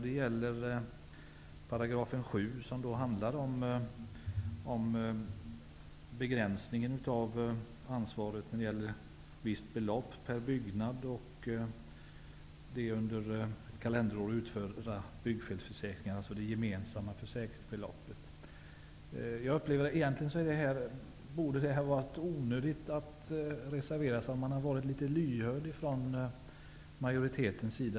Det gäller 7 §, som handlar om begränsningen av ansvaret när det gäller visst belopp per byggnad och de under kalenderåret utfärdade byggfelsförsäkringarna, alltså det gemensamma försäkringsbeloppet. Egentligen borde det ha varit onödigt att reservera sig, om utskottsmajoriteten hade varit litet lyhörd.